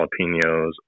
jalapenos